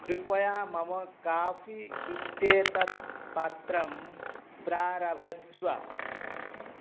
कृपया मम काफी इत्येतत् पात्रं प्रारभस्व